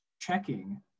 checking